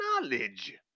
knowledge